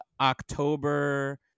October